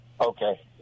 Okay